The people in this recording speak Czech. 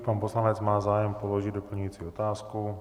Pan poslanec má zájem položit doplňující otázku.